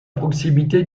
proximité